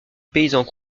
paysans